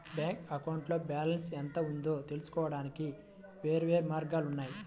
bank అకౌంట్లో balance ఎంత ఉందో తెలుసుకోవడానికి వేర్వేరు మార్గాలు ఉన్నాయి